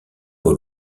vol